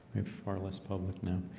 far less public now.